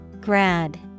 Grad